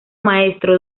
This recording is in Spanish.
maestro